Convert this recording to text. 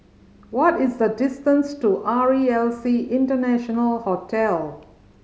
what is the distance to R E L C International Hotel